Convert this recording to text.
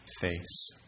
face